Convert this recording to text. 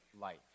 life